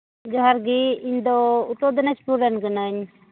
ᱡᱚᱦᱟᱨᱜᱮ ᱤᱧᱫᱚ ᱩᱛᱛᱚᱨ ᱫᱤᱱᱟᱡᱯᱩᱨ ᱨᱮᱱ ᱠᱟᱹᱱᱟᱹᱧ